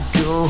go